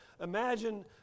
imagine